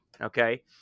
okay